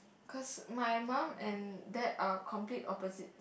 cause my mum and dad are complete opposite